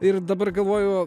ir dabar galvoju